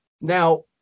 now